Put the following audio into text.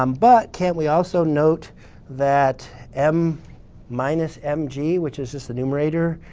um but, can't we also note that m minus mg, which is just the numerator,